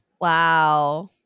Wow